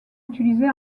utilisé